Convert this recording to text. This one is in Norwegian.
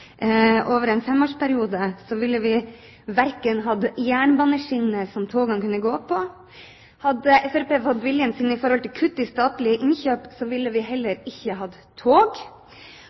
over en femårsperiode, ville vi ikke hatt jernbaneskinner som togene kan gå på. Hadde Fremskrittspartiet fått viljen sin når det gjelder kutt i statlige innkjøp, ville vi heller ikke hatt tog.